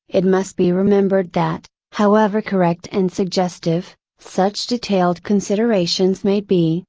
it must be remembered that, however correct and suggestive, such detailed considerations may be,